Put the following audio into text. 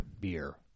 beer